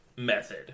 method